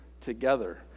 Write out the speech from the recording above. together